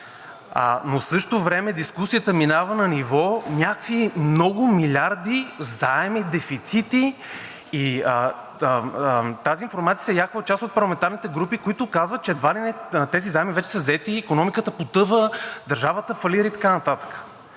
Но в същото време дискусията минава на ниво някакви много милиарди заеми, дефицити и тази информация се яхва от част от парламентарните групи, които казват, че едва ли не тези заеми вече са взети и икономиката потъва, държавата фалира и така нататък.